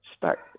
start